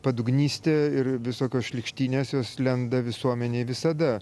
padugnystė ir visokios šlykštynės jos lenda visuomenėj visada